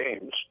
games